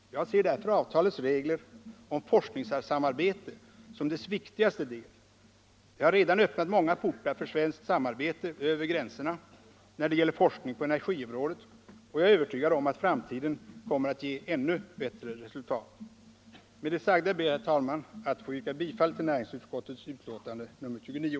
Jag ser därför avtalets regler om forskningssamarbete som dess viktigaste del. Det har redan öppnat många portar för svenskt samarbete över gränserna när det gäller forskning på energiområdet, och jag är övertygad om att framtiden kommer att ge ännu bättre resultat. Med det sagda ber jag, herr talman, att få yrka bifall till hemställan i näringsutskottets betänkande nr 29.